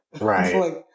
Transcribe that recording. Right